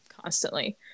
constantly